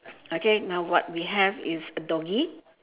okay now what we have is a doggy